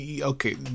Okay